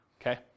okay